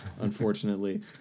Unfortunately